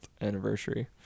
anniversary